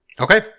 Okay